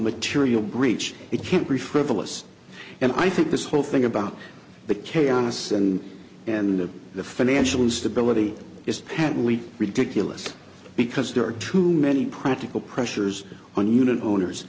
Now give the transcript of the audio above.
material breach it can't be frivolous and i think this whole thing about the chaos and and the financial stability is patently ridiculous because there are too many practical pressures on unit owners